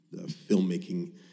filmmaking